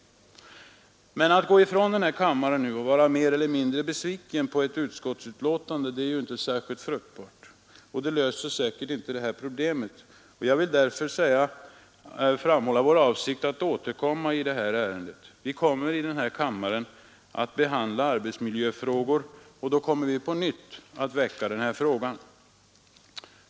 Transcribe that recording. Att gå ifrån denna kammare och vara mer eller mindre besviken på ett utskottsbetänkande är ju inte särskilt frukbart och löser inga problem och jag vill därför meddela vår avsikt att återkomma i detta ärende. Vi kommer i denna kammare att behandla arbetsmiljöfrågor och det ger oss möjligheter att på nytt väcka frågan.